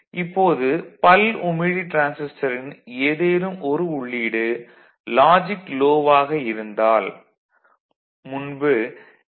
இப்போது பல்உமிழி டிரான்சிஸ்டரின் ஏதேனும் ஒரு உள்ளீடு லாஜிக் லோ ஆக இருந்தால் முன்பு டி